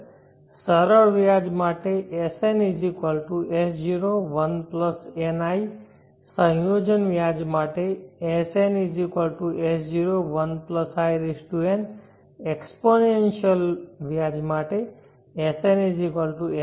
સરળ વ્યાજ માટે SnS01ni સંયોજન વ્યાજ માટે SnS01in એક્સપોનેન્શીઅલ માટે SnS0ei